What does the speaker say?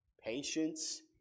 Patience